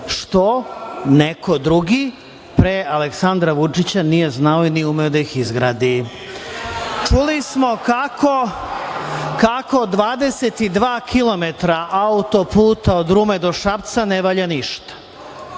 što neko drugi pre Aleksandra Vučića nije znao i nije umeo da ih izgradi. Čuli smo kako 22 kilometra autoputa od Rume do Šapca ne valja ništa,